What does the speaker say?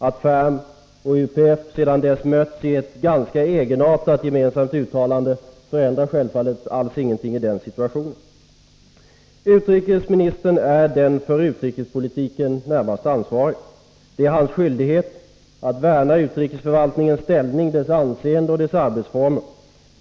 Att Ferm och UPF sedan dess har mötts i ett ganska egenartat gemensamt uttalande förändrar självfallet alls ingenting i den situationen. Utrikesministern är den för utrikespolitiken närmast ansvarige. Det är hans skyldighet att värna utrikesförvaltningens ställning, dess anseende och dess arbetsformer.